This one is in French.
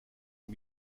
les